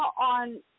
on